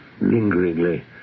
lingeringly